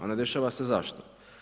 A ne dešava se zašto?